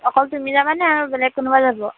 অকল তুমি যাবা নে আৰু বেলেগ কোনোবা যাব